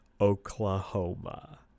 Oklahoma